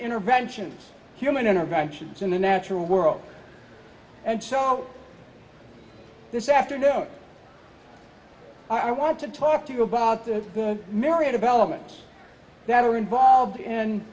interventions human interactions in the natural world and so this afternoon i want to talk to you about the good myriad of elements that are involved in